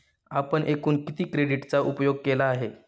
आपण एकूण किती क्रेडिटचा उपयोग केलेला आहे?